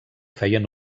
feien